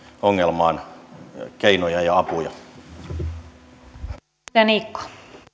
ongelmaan keinoja ja apuja